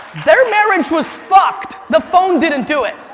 their marriage was fucked. the phone didn't do it.